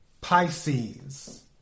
Pisces